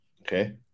Okay